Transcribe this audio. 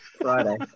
Friday